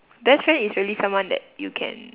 best friend is really someone that you can